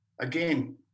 Again